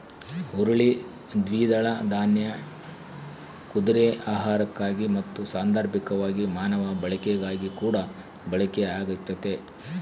ಹುರುಳಿ ದ್ವಿದಳ ದಾನ್ಯ ಕುದುರೆ ಆಹಾರಕ್ಕಾಗಿ ಮತ್ತು ಸಾಂದರ್ಭಿಕವಾಗಿ ಮಾನವ ಬಳಕೆಗಾಗಿಕೂಡ ಬಳಕೆ ಆಗ್ತತೆ